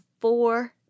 four